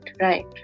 right